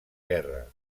guerra